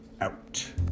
out